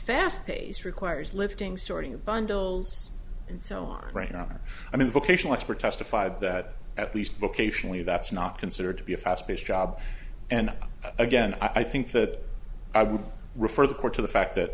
fast paced requires lifting sorting a bundles and so on right now her i mean vocational expert testified that at least vocationally that's not considered to be a fast paced job and again i think that i would refer the court to the fact that